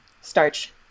starch